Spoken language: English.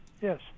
yes